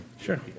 Sure